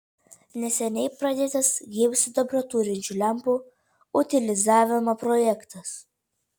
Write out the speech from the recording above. neseniai pradėtas gyvsidabrio turinčių lempų utilizavimo projektas